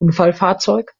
unfallfahrzeug